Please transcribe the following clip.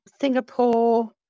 Singapore